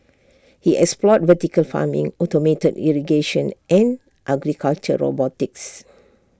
he explored vertical farming automated irrigation and agricultural robotics